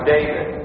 David